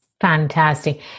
Fantastic